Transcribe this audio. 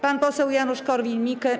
Pan poseł Janusz Korwin-Mikke.